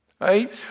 right